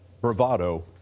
bravado